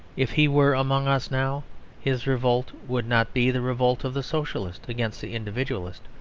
if he were among us now his revolt would not be the revolt of the socialist against the individualist,